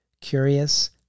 curious